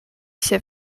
się